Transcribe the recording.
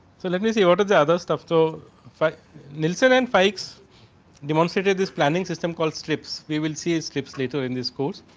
so, let me say, what was other staff so nilsson and fikes demonstrated this planning system call strips. we will see, a strips later in this course.